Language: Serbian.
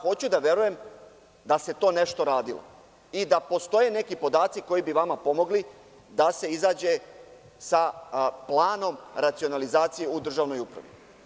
Hoću da verujem da se to nešto radilo i da postoje neki podaci koji bi vama pomogli da se izađe sa planom racionalnizacije u državnoj upravi.